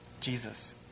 Jesus